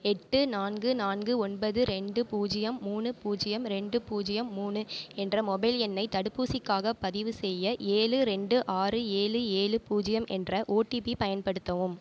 எட்டு நான்கு நான்கு ஒன்பது ரெண்டு பூஜ்ஜியம் மூணு பூஜ்ஜியம் ரெண்டு பூஜ்ஜியம் மூணு என்ற மொபைல் எண்ணை தடுப்பூசிக்காகப் பதிவுசெய்ய ஏழு ரெண்டு ஆறு ஏழு ஏழு பூஜ்ஜியம் என்ற ஓடிபி பயன்படுத்தவும்